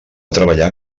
treballar